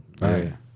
Right